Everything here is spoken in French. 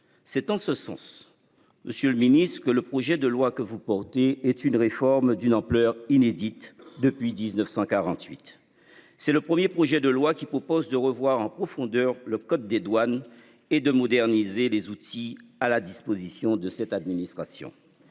C'est en ce sens. Monsieur le Ministre, que le projet de loi que vous portez est une réforme d'une ampleur inédite depuis 1948. C'est le 1er projet de loi qui propose de revoir en profondeur le code des douanes et de moderniser les outils à la disposition de cette administration